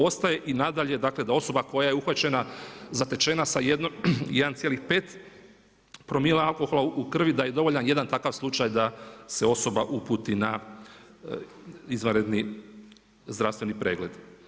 Ostaje i da nadalje, dakle da osoba koja je uhvaćena, zatečena sa 1,5 promila alkohola u krvi da je dovoljan jedan takav slučaj da se osoba uputi na izvanredni zdravstveni pregled.